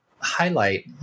highlight